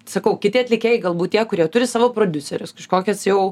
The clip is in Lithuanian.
sakau kiti atlikėjai galbūt tie kurie turi savo prodiuserius kažkokias jau